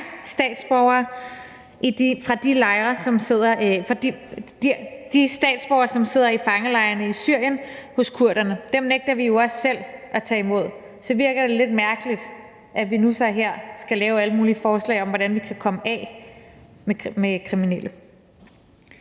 statsborgere – de statsborgere, som sidder i fangelejrene i Syrien hos kurderne. Dem nægter vi jo også selv at tage imod. Så virker det lidt mærkeligt, at vi så nu her skal lave alle mulige forslag om, hvordan vi kan komme af med kriminelle.